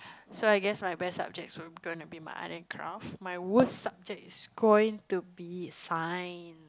so I guess my best subjects will going to be my Art and Craft my worst subject is going to be Science